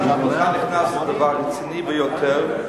אתה נכנס פה לדבר רציני ביותר,